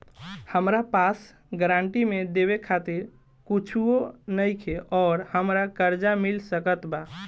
हमरा पास गारंटी मे देवे खातिर कुछूओ नईखे और हमरा कर्जा मिल सकत बा?